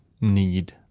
need